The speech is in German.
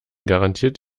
garantiert